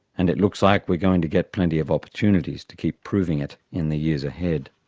and it looks like we're going to get plenty of opportunities to keep proving it in the years ahead.